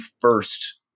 first